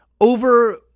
over